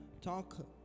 talk